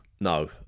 no